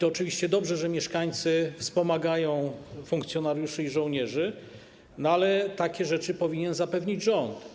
Oczywiście dobrze, że mieszkańcy wspomagają funkcjonariuszy i żołnierzy, ale takie rzeczy powinien zapewnić rząd.